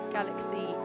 Galaxy